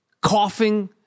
Coughing